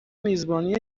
میزبانی